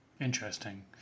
interesting